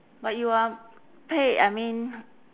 but you are paid I mean